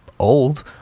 old